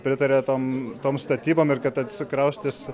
pritaria tom tom statybom ir kad atsikraustys